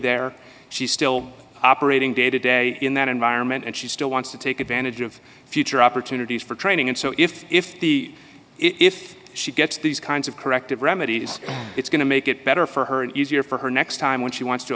there she's still operating day to day in that environment and she still wants to take advantage of future opportunities for training and so if if the if she gets these kinds of corrective remedies it's going to make it better for her and easier for her next time when she wants to